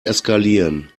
eskalieren